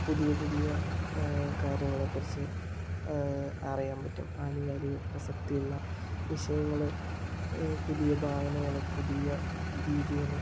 പുതിയ പുതിയ കാര്യങ്ങളെക്കുറിച്ച് അറിയാൻ പറ്റും ആനുകാലിക പ്രസക്സ്തിയുള്ള വിഷയങ്ങൾ പുതിയ ഭാവനകൾ പുതിയ രീതികൾ